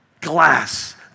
glass